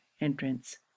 entrance